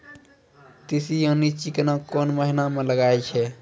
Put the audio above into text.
तीसी यानि चिकना कोन महिना म लगाय छै?